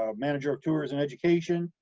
ah manager of tours and education.